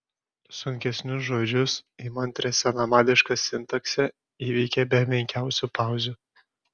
sunkesnius žodžius įmantrią senamadišką sintaksę įveikė be menkiausių pauzių